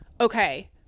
okay